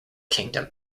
kingdom